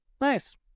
Nice